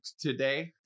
today